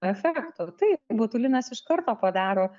efekto taip botulinas iš karto padaro